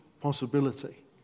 possibility